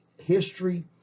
history